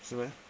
是 meh